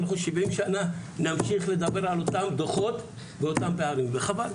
אנחנו 70 שנה נמשיך לדבר על אותם דוחות ואותם פערים וחבל.